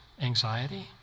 anxiety